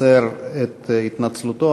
מוסר את התנצלותו,